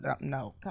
no